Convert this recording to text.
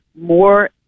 more